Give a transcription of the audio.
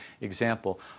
example